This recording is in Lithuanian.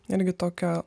netgi tokia